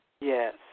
Yes